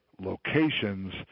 locations